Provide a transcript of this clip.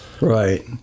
right